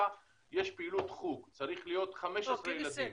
יש פעילות חוג וצריך להיות 15 ילדים,